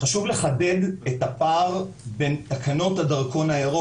חשוב לחדד את הפער בין תקנות הדרכון הירוק